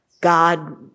God